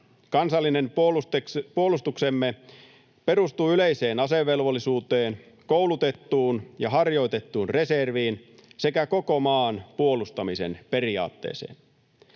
Kansallinen puolustuksemme perustuu yleiseen asevelvollisuuteen, koulutettuun ja harjoitettuun reserviin sekä koko maan puolustamisen periaatteeseen.